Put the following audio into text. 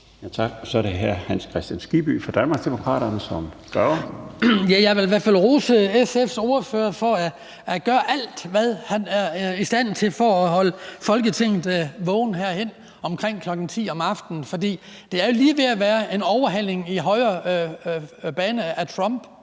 Kl. 21:58 Hans Kristian Skibby (DD): Jeg vil i hvert fald rose SF's ordfører for at gøre alt, hvad han er i stand til for at holde Folketinget vågent her omkring kl. 22.00 om aftenen, for det er jo lige ved at være en overhaling i højre bane i forhold